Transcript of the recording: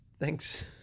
Thanks